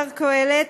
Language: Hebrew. אומר קהלת,